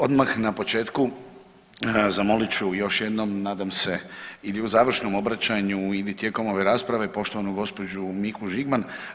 Odmah na početku zamolit ću još jednom nadam se ili u završnom obraćanju ili tijekom ove rasprave poštovanu gospođu Niku Žigman.